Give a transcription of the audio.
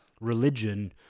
religion